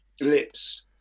lips